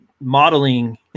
Modeling